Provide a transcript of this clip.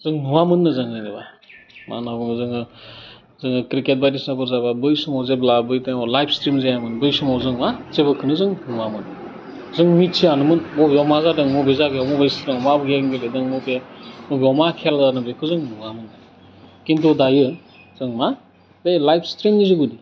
जों नुवामोननो जों जेनेबा मा होनना बुङो जोङो क्रिकेट बायदिसिनाफोर जाबा बै समाव जेब्ला बै थाइमआव लाइभ स्ट्रिम जायामोन बै समाव जों मा जेबोखौनो जों नुआमोन जों मिथियामोन बबेयाव मा जादों बबे जायगायाव बबे स्टेडियाम मा गेम गेलेदों बबे बबेयाव मा खेला जादों बेखौ जों नुवामोन खिन्थु दायो जों मा बे लाइभ स्ट्रिमनि जोहै